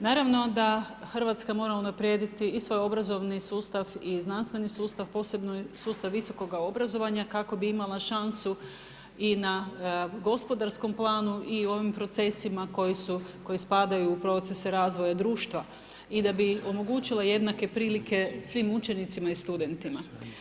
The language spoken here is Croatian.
Naravno da Hrvatska mora unaprijediti i svoj obrazovni sustav i znanstveni sustav, posebno sustav visokoga obrazovanja kako bi imala šansu i na gospodarskom planu i u ovim procesima koji spadaju u procese razvoja društva i da bi omogućila jednake prilike svim učenicima i studentima.